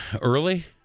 Early